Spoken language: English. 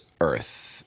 earth